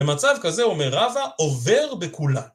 במצב כזה אומר רבה עובר בכולם.